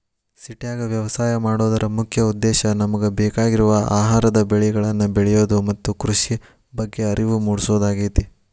ಸಿಟ್ಯಾಗ ವ್ಯವಸಾಯ ಮಾಡೋದರ ಮುಖ್ಯ ಉದ್ದೇಶ ನಮಗ ಬೇಕಾಗಿರುವ ಆಹಾರದ ಬೆಳಿಗಳನ್ನ ಬೆಳಿಯೋದು ಮತ್ತ ಕೃಷಿ ಬಗ್ಗೆ ಅರಿವು ಮೂಡ್ಸೋದಾಗೇತಿ